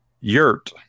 yurt